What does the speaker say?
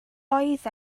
oedd